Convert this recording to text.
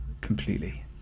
Completely